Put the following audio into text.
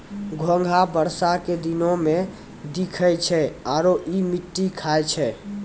घोंघा बरसा के दिनोॅ में दिखै छै आरो इ मिट्टी खाय छै